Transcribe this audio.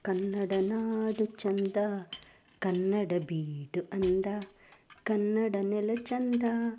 ಕನ್ನಡ ನಾಡು ಚೆಂದ ಕನ್ನಡ ಬೀಡು ಅಂದ ಕನ್ನಡ ನೆಲ ಚೆಂದ